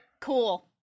cool